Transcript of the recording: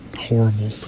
horrible